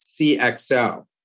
CXO